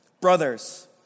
Brothers